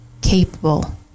capable